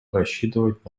рассчитывать